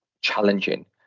challenging